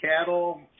cattle